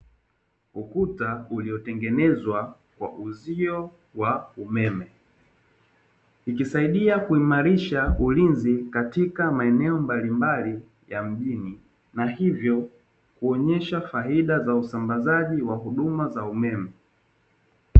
Ukuta uliotengenezwa kwa uzio wa umeme. Ikisaidia kuimarisha ulinzi katika maeneo mbalimbali ya mjini, na hivyo huonyesha faida za usambazaji wa huduma za umeme.